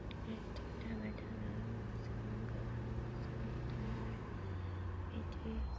बेराद हाबाय थानाय मोसानो गोरों मोसानानै थानाय बिदि